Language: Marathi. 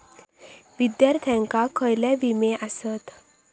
विद्यार्थ्यांका खयले विमे आसत?